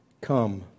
Come